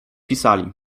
pisali